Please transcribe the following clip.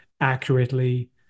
accurately